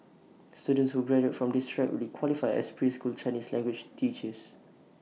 students who graduate from this track will qualify as preschool Chinese language teachers